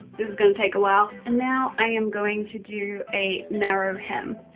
this is going to take a while. and now i am going to do a narrow hem.